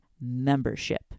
membership